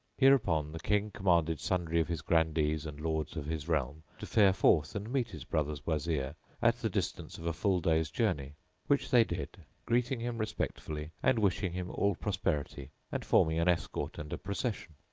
hereupon the king commanded sundry of his grandees and lords of his realm to fare forth and meet his brother's wazir at the distance of a full day's journey which they did, greeting him respectfully and wishing him all prosperity and forming an escort and a procession.